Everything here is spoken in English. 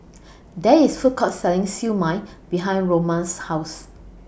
There IS A Food Court Selling Siew Mai behind Roma's House